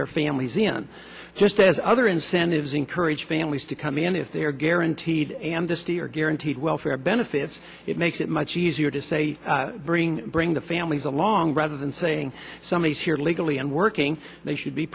their families in just as other incentives encourage families to come in if they are guaranteed and guaranteed welfare benefits it makes it much easier to say bring bring the families along rather than saying somebody is here legally and working they should be